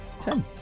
Ten